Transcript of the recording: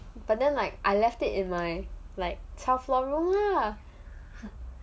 but then like I left it in my like twelve floor room ah